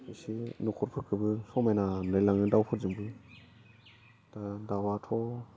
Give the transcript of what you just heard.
एसे न'खरफोरखौबो समायना नुलायलाङो दाउफोरजोंबो दाउआथ'